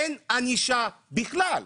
אין ענישה בכלל,